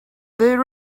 they